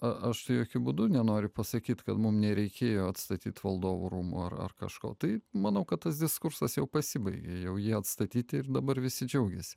aš jokiu būdu nenoriu pasakyti kad mum nereikėjo atstatyt valdovų rūmų ar kažko tai manau kad tas diskursas jau pasibaigė jau jie atstatyti ir dabar visi džiaugiasi